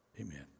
Amen